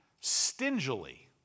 stingily